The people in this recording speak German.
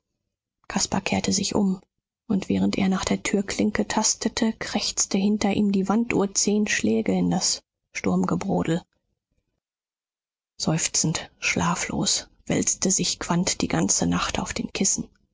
kehrte sich um und während er nach der türklinke tastete krächzte hinter ihm die wanduhr zehn schläge in das sturmgebrodel seufzend schlaflos wälzte sich quandt die ganze nacht auf den kissen